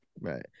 right